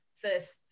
first